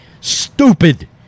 stupid